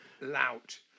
lout